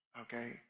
okay